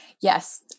Yes